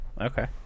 okay